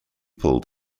pulled